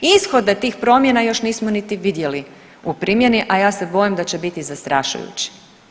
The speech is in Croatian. Ishode tih promjena još nismo niti vidjeli u primjeni, a ja se bojim a će biti zastrašujuće.